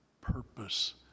purpose